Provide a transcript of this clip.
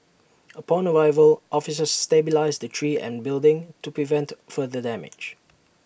upon arrival officers stabilised the tree and building to prevent further damage